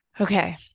Okay